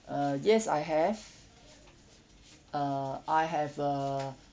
uh yes I have uh I have a